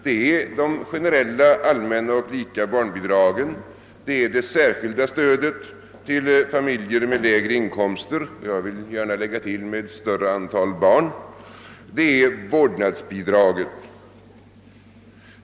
Det är de generella, allmänna och lika barnbidragen, det särskilda stödet till familjer med lägre inkomster — jag vill gärna lägga till: med större antal barn — och vårdnadsbidraget.